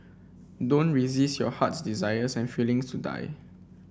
don't resist your heart's desires and feelings to die